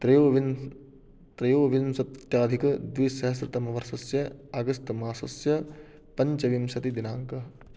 त्रयोविं त्रयोविंशत्यधिकद्विसहस्रतमवर्षस्य अगस्तमासस्य पञ्चविंशति दिनाङ्कः